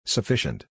Sufficient